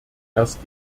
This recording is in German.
erst